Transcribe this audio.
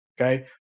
Okay